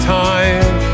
time